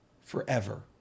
forever